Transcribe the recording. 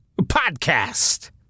podcast